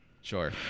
Sure